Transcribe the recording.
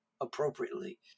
appropriately